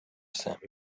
sent